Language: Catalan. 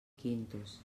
quintos